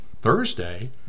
Thursday